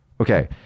okay